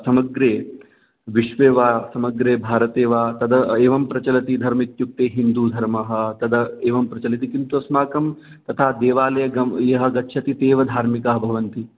समग्रे विश्वे वा समग्रे भारते वा तद् एवं प्रचलति धर्म इत्युक्ते हिन्दूधर्मः तद् एवं प्रचलति किन्तु अस्माकं तथा देवालये गम् यः गच्छति ते एव धार्मिकाः भवन्ति